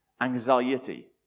Anxiety